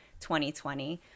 2020